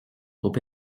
trop